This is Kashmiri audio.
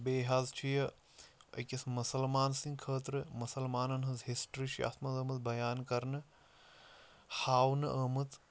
بیٚیہِ حظ چھِ یہِ أکِس مُسلمان سٕنٛدۍ خٲطرٕ مُسلمانَن ہٕنٛز ہِسٹرٛی چھِ اَتھ منٛز آمٕژ بیان کَرنہٕ ہاونہٕ آمٕژ